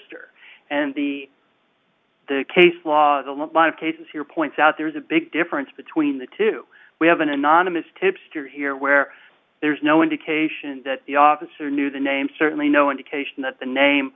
ster and the case law is a lot of cases here points out there's a big difference between the two we have an anonymous tipster here where there's no indication that the officer knew the name certainly no indication that the name